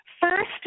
first